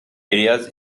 areas